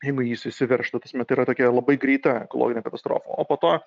jeigu jis išsiveržtų ta prasme tai yra tokia labai greita ekologinė katastrofa o po to